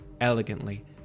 elegantly